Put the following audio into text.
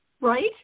Right